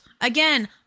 Again